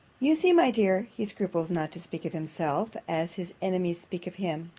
you see, my dear, he scruples not to speak of himself, as his enemies speak of him.